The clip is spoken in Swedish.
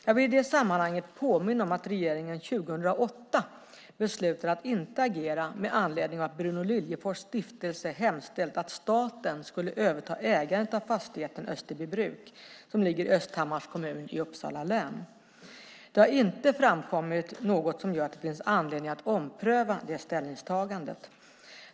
Jag vill i detta sammanhang påminna om att regeringen 2008 beslutade att inte agera med anledning av att Bruno Liljefors stiftelse hemställt att staten skulle överta ägandet av fastigheten Österbybruk, som ligger i Östhammars kommun i Uppsala län. Det har inte framkommit något som gör att det finns anledning att ompröva det ställningstagandet.